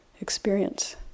experience